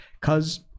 cause